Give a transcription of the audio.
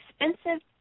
expensive